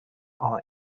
all